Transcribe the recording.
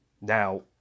Now